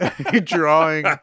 Drawing